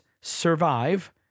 survive